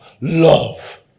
love